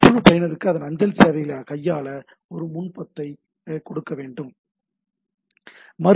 மற்றும் பயனருக்கு அதன் அஞ்சல் சேவைகளைக் கையாள ஒரு முன்பக்கத்தை கொடுக்க முடியும்